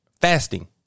Fasting